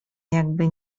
jakby